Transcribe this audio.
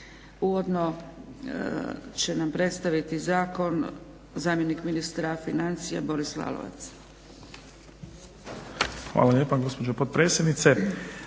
Uvodno će nam predstaviti zakon zamjenik ministra financija Boris Lalovac.